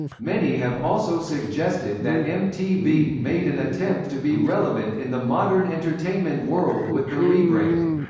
many have also suggested that mtv made an attempt to be relevant in the modern entertainment world with the rebrand.